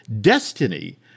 Destiny